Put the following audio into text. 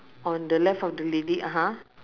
on the left of the lady (uh huh)